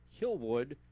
hillwood